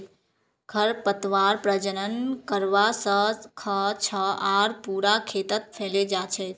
खरपतवार प्रजनन करवा स ख छ आर पूरा खेतत फैले जा छेक